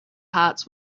hearts